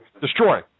Destroy